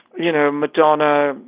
you know, madonna,